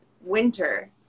winter